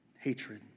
hatred